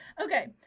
Okay